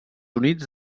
units